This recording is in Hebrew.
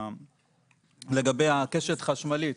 לגבי הקשת החשמלית,